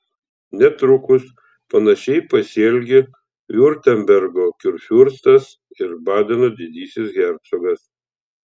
netrukus panašiai pasielgė viurtembergo kurfiurstas ir badeno didysis hercogas